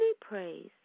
praise